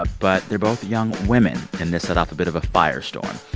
but they're both young women, and this set off a bit of a firestorm.